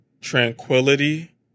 tranquility